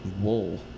wool